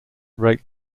rate